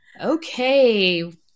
okay